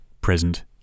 present